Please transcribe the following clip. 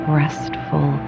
restful